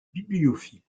bibliophiles